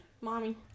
Mommy